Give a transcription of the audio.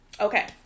Okay